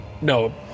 No